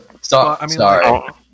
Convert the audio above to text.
Sorry